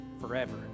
forever